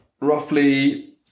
roughly